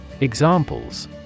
Examples